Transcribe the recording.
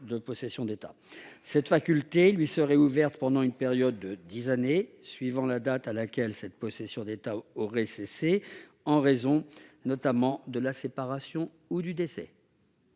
la possession d'état. Cette faculté lui serait ouverte pendant une période de dix années suivant la date à laquelle cette possession d'état aurait cessé en raison, notamment, de la séparation ou du décès.